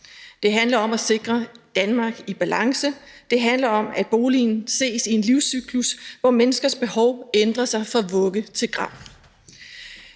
Det handler om at sikre et Danmark i balance. Det handler om, at boligen ses i forhold til en livscyklus, hvor menneskers behov ændrer sig fra vugge til grav.